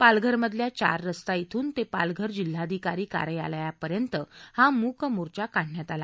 पालघर मधल्या चार रस्ता ध्रून ते पालघर जिल्हाधिकारी कार्यालयापर्यंत हा मूक मोर्चा काढण्यात आला